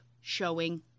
showing